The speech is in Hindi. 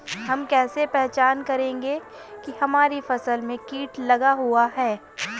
हम कैसे पहचान करेंगे की हमारी फसल में कीट लगा हुआ है?